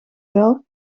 zelf